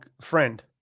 friend